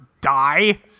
die